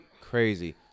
crazy